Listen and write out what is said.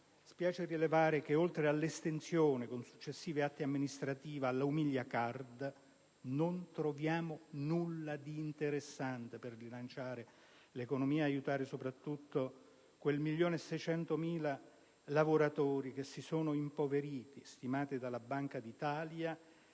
Spiace rilevare che oltre all'estensione, con successivi atti amministrativi, della "umilia *card*" non troviamo nulla di interessante per rilanciare l'economia ed aiutare soprattutto quel 1.600.000 di lavoratori impoveriti (stimati dalla Banca d'Italia),